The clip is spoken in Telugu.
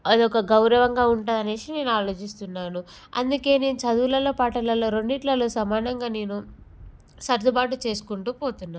అదొక గౌరవంగా ఉంటుందని నేను ఆలోచిస్తున్నాను అందుకే నేను చదువులలో పాటలలో రెండిట్లల్లో సమానంగా నేను సర్దుబాటు చేసుకుంటూ పోతున్నాను